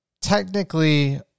technically